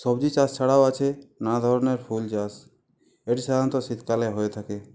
সবজি চাষ ছাড়াও আছে নানা ধরনের ফুল চাষ এরা সাধারণত শীতকালে হয়ে থাকে